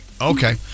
Okay